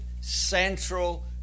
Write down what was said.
central